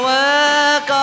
work